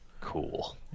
cool